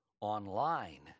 online